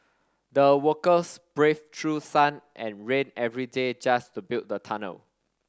the workers braved through sun and rain every day just to build the tunnel